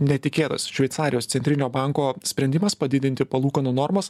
netikėtas šveicarijos centrinio banko sprendimas padidinti palūkanų normas